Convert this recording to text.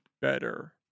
better